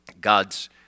God's